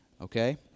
okay